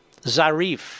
Zarif